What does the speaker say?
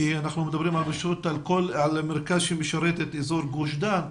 כי אנחנו מדברים על מרכז שמשרת את אזור גוש דן,